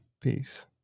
Peace